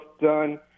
done